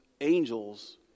angels